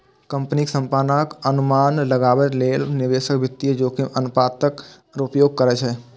कंपनीक संभावनाक अनुमान लगाबै लेल निवेशक वित्तीय जोखिम अनुपातक उपयोग करै छै